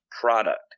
product